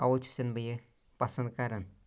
اَوٕے چھُسَن بہٕ یہِ پَسنٛد کَران